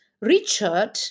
Richard